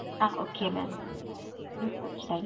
ആ okay ma'am okay thank you